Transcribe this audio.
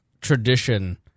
tradition